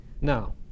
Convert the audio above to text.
Now